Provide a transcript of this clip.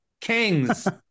Kings